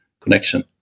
connection